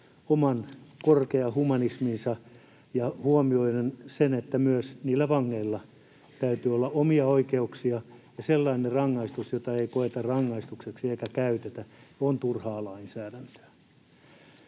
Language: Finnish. oman korkeahumanisminsa ja huomioi sen, että myös vangeilla täytyy olla omia oikeuksia ja sellainen rangaistus, jota ei koeta rangaistukseksi eikä käytetä, on turhaa lainsäädäntöä.